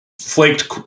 flaked